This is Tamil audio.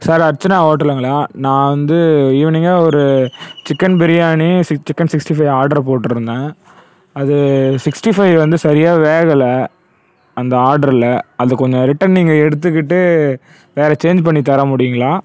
சார் அர்ச்சனா ஹோட்டலுங்களா நான் வந்து ஈவினிங்கா ஒரு chicken biryani chick chicken sixty five order போட்டுருந்தேன் அது சிக்ஸ்ட்டி ஃபைவ் வந்து சரியாக வேகலை அந்த ஆர்டரில் அதை கொஞ்சம் ரிட்டர்ன் நீங்கள் எடுத்துக்கிட்டு வேறே சேஞ்ச் பண்ணித் தர முடியுங்களா